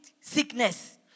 sickness